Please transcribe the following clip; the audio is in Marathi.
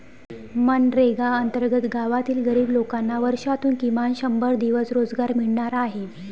मनरेगा अंतर्गत गावातील गरीब लोकांना वर्षातून किमान शंभर दिवस रोजगार मिळणार आहे